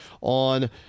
on